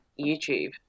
YouTube